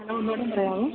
hello ഒന്നും കൂടെ പറയാമോ